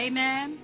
Amen